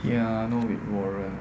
piano with warren